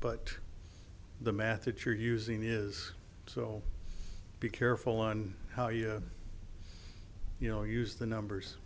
but the math that you're using is so be careful on how you you know use the numbers